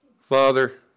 Father